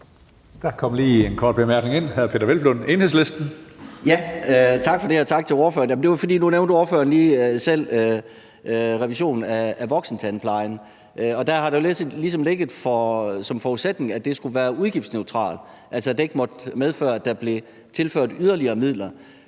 Der kom lige en kort bemærkning ind. Hr. Peder Hvelplund, Enhedslisten. Kl. 16:49 Peder Hvelplund (EL): Tak for det, og tak til ordføreren. Det er, fordi ordføreren nu lige selv nævnte revision af voksentandplejen, og der har det jo ligesom ligget som forudsætning, at det skulle være udgiftsneutralt, altså at det ikke måtte medføre, at der blev tilført yderligere midler.